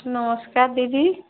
ନମସ୍କାର ଦିଦି